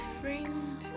friend